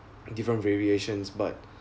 different variations but